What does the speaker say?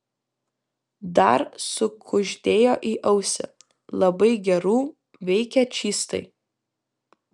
dar sukuždėjo į ausį labai gerų veikia čystai